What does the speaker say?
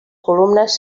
columnes